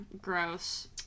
gross